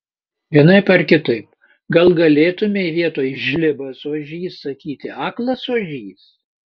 vienaip ar kitaip gal galėtumei vietoj žlibas ožys sakyti aklas ožys